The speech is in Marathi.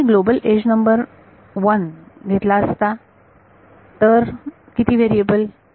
जर मी ग्लोबल एज नंबर 1 घेतली असती तर किती वेरिएबल